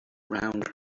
round